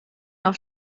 auf